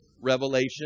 revelation